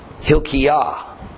Hilkiah